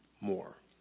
more